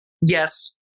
Yes